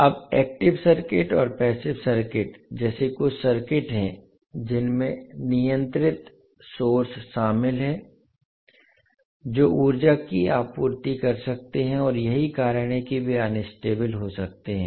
अब active circuit और passive circuit जैसे कुछ सर्किट हैं जिनमें नियंत्रित सोर्स शामिल हैं जो ऊर्जा की आपूर्ति कर सकते हैं और यही कारण है कि वे अनस्टेबल हो सकते हैं